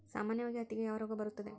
ಸಾಮಾನ್ಯವಾಗಿ ಹತ್ತಿಗೆ ಯಾವ ರೋಗ ಬರುತ್ತದೆ?